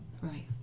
Right